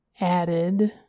added